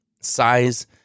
size